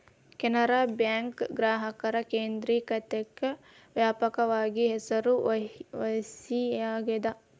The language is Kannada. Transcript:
ಕೆನರಾ ಬ್ಯಾಂಕ್ ಗ್ರಾಹಕರ ಕೇಂದ್ರಿಕತೆಕ್ಕ ವ್ಯಾಪಕವಾಗಿ ಹೆಸರುವಾಸಿಯಾಗೆದ